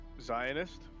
Zionist